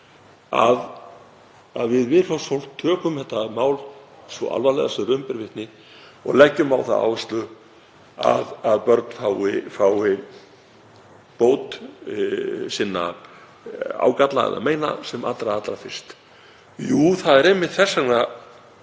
að við Miðflokksfólk tökum þetta mál svo alvarlega sem raun ber vitni og leggjum á það áherslu að börn fái bót sinna ágalla eða meina sem allra fyrst. Jú, það er einmitt þess vegna,